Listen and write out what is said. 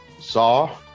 saw